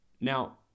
Now